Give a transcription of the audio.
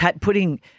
putting